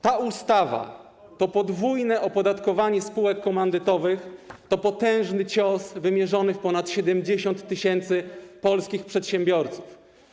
Ta ustawa to podwójne opodatkowanie spółek komandytowych, to potężny cios wymierzony w ponad 70 tys. polskich przedsiębiorców.